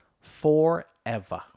forever